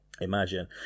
imagine